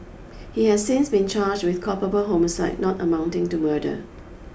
he has since been charged with culpable homicide not amounting to murder